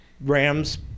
Rams